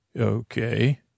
Okay